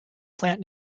plant